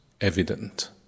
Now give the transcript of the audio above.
evident